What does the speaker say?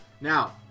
Now